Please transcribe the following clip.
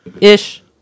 ish